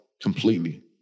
completely